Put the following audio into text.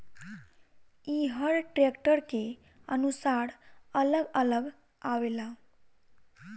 ई हर ट्रैक्टर के अनुसार अलग अलग आवेला